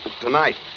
tonight